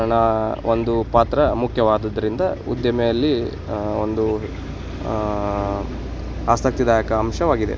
ಣಾ ಒಂದು ಪಾತ್ರ ಮುಖ್ಯವಾದದ್ದರಿಂದ ಉದ್ದಿಮೆಯಲ್ಲಿ ಒಂದು ಆಸಕ್ತಿದಾಯಕ ಅಂಶವಾಗಿದೆ